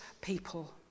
people